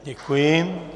Děkuji.